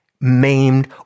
maimed